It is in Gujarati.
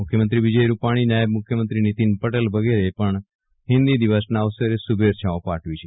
મુખ્યમંત્રી વિજય રૂપાણી નાયબ મુખ્યમંત્રી નિતીન પટેલ વગેરેએ પણ હિન્દી દિવસના અવસરે શુભેચ્છાઓ પાઠવી છે